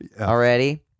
already